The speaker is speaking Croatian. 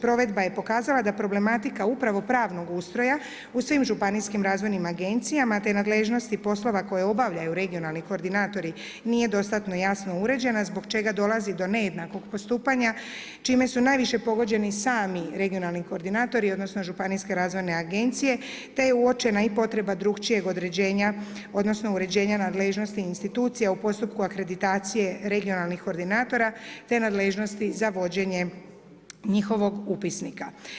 Provedba je pokazala da problematika upravo pravnog ustroja u svim županijskim razvojnim agencijama te nadležnosti poslova koji obavljaju regionalnu koordinatori nije dostatno jasno uređena zbog čega dolazi do nejednakog postupanja, čime su najviše pogođeni sami regionalni koordinatori, odnosno, županijske razvojne agencije, te je uočena i potreba drugačijeg uređenja, odnosno, uređenja nadležnosti institucija u postupku akreditacije regionalnih koordinatora, te nadležnosti za vođenje njihovog upisnika.